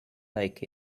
like